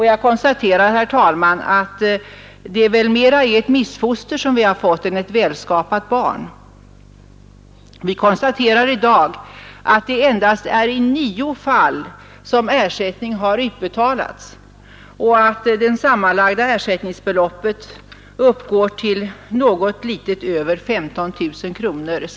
Jag konstaterar, herr talman, att det väl mera är ett missfoster än ett välskapat barn som vi har fått. Vi noterar i dag att ersättning endast har utbetalats i nio fall och att det sammanlagda ersättningsbeloppet för dessa skador uppgår till något över 15 000 kronor.